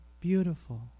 beautiful